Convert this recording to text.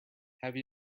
have